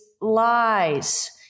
Lies